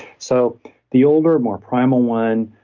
so the older, more primal one,